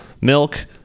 Milk